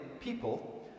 people